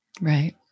right